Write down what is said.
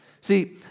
See